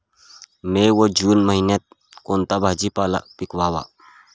मे व जून महिन्यात कोणता भाजीपाला पिकवावा?